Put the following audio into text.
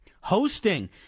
hosting